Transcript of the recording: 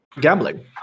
gambling